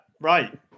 right